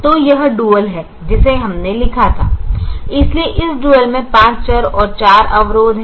तो यह डुअल है जिसे हमने लिखा था इसलिए इस डुअल में 5 चर और 4 अवरोध हैं